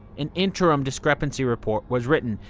an interim discrepancy report was written,